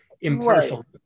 impartial